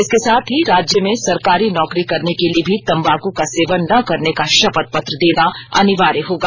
इसके साथ ही राज्य में सरकारी नौकरी करने के लिए भी तम्बाकू का सेवन न करने का भापथ पत्र देना अनिवार्य होगा